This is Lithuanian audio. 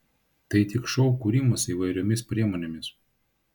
tai tik šou kūrimas įvairiomis priemonėmis